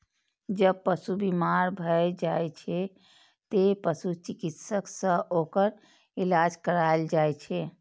जब पशु बीमार भए जाइ छै, तें पशु चिकित्सक सं ओकर इलाज कराएल जाइ छै